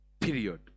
Period